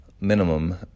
minimum